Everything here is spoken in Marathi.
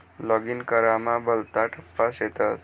लॉगिन करामा भलता टप्पा शेतस